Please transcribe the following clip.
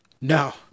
No